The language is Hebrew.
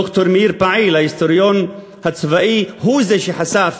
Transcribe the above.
ד"ר מאיר פעיל, ההיסטוריון הצבאי, הוא זה שחשף